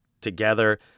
together